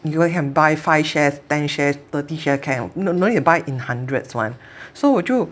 even can buy five shares ten share thirty share can no no need to buy in hundreds [one] so 我就